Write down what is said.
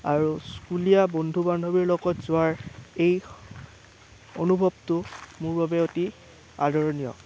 আৰু স্কুলীয়া বন্ধু বান্ধৱীৰ লগত যোৱৰ এই অনুভৱটো মোৰ বাবে অতি আদৰণীয়